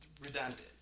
redundant